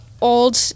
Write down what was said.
old